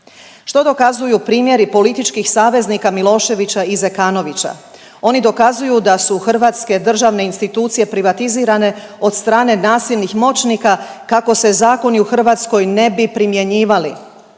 Što dokazuju primjeri političkih saveznika Miloševića i Zekanovića? Oni dokazuju da su hrvatske državne institucije privatizirane od strane nasilnih moćnika kako se zakoni u Hrvatskoj ne bi primjenjivali.